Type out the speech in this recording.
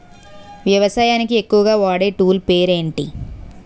వ్యవసాయానికి ఎక్కువుగా వాడే టూల్ పేరు ఏంటి?